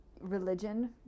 religion